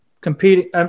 competing